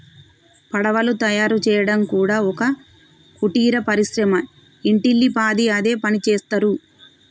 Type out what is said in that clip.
పడవలు తయారు చేయడం కూడా ఒక కుటీర పరిశ్రమ ఇంటిల్లి పాది అదే పనిచేస్తరు